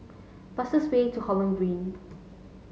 fastest way to Holland Green